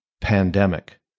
pandemic